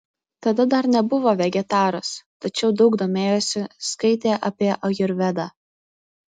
tada dar nebuvo vegetaras tačiau daug domėjosi skaitė apie ajurvedą